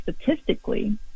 statistically